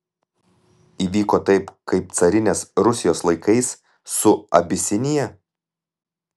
įvyko taip kaip carinės rusijos laikais su abisinija